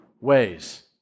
ways